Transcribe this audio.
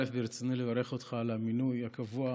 ברצוני לברך אותך על המינוי הקבוע,